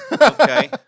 Okay